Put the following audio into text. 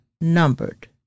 numbered